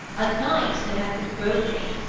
a knight that has the bone-ache,